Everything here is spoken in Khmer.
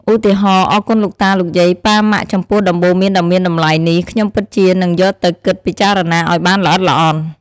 ឧទាហរណ៍ អរគុណលោកតា លោកយាយ ប៉ា ម៉ាក់ ចំពោះដំបូន្មានដ៏មានតម្លៃនេះ ខ្ញុំពិតជានឹងយកទៅគិតពិចារណាឲ្យបានល្អិតល្អន់។